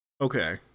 Okay